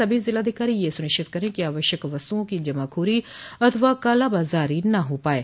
सभी जिलाधिकारी यह सुनिश्चित करे कि आवश्यक वस्तुओं की जमाखोरी अथवा कालाबाजारी न होने पाये